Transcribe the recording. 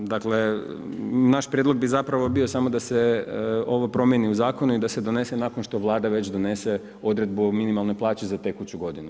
Dakle naš prijedlog bi zapravo bio samo da se ovo promijeni u zakonu i da se donese nakon što Vlada već donese odredbu o minimalnoj plaći za tekuću godinu.